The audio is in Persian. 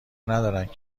ندارند